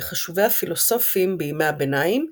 מחשובי הפילוסופים בימי הביניים,